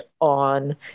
on